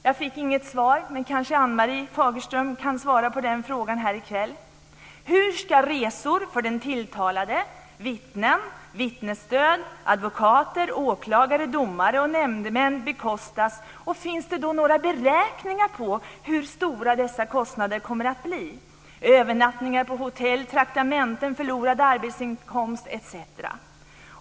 Jag fick inget svar, men kanske Ann-Marie Fagerström kan svara på den frågan här i kväll. Hur ska resor för den tilltalade, vittnen, vittnesstöd, advokater, åklagare, domare och nämndemän bekostas? Finns det några beräkningar på hur stora dessa kostnader kommer att bli? Det gäller övernattningar på hotell, traktamenten, förlorad arbetsinkomst etc.